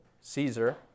Caesar